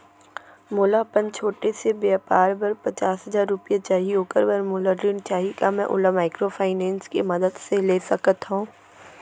मोला अपन छोटे से व्यापार बर पचास हजार रुपिया चाही ओखर बर मोला ऋण चाही का मैं ओला माइक्रोफाइनेंस के मदद से ले सकत हो?